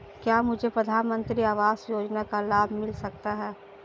क्या मुझे प्रधानमंत्री आवास योजना का लाभ मिल सकता है?